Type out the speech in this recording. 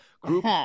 group